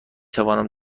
توانم